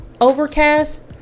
Overcast